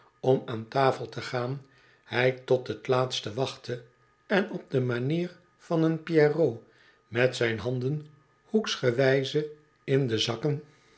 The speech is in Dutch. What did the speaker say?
om aan tafel te gaan hij tot het laatst wachtte en op de manier van een pierrot met zijn handen hoeksgewijze in de zakken